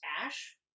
Ash